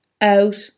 out